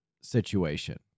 situation